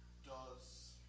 does